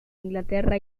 inglaterra